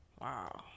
Wow